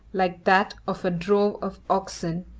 like that of a drove of oxen,